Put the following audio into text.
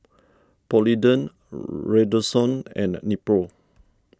Polident Redoxon and Nepro